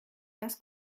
das